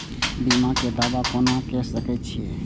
बीमा के दावा कोना के सके छिऐ?